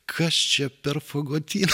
kas čia per fagotynas